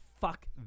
fuck